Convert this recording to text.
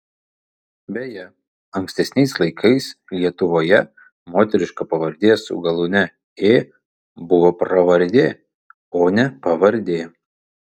beje ankstesniais laikais lietuvoje moteriška pavardė su galūne ė buvo pravardė o ne pavardė